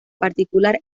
particular